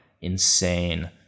insane